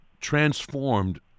transformed